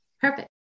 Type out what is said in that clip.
Perfect